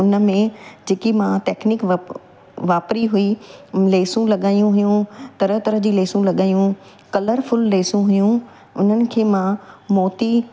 ऐं उन में जेकी मां टैक्नीक वापो वापरी हुई लेसूं लॻाइयूं हुयूं तरह तरह जी लेसूं लॻाइयूं कलरफुल लेसूं हुयूं उन्हनि खे मां मोती